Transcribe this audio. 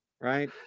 Right